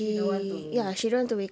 she don't want to